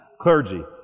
Clergy